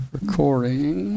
Recording